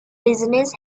business